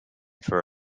for